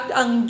ang